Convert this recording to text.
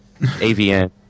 AVN